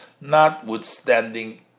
notwithstanding